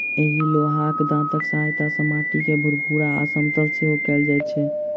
एहि लोहाक दाँतक सहायता सॅ माटि के भूरभूरा आ समतल सेहो कयल जाइत छै